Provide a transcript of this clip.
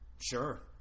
Sure